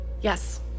Yes